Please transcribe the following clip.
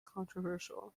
controversial